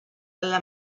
alla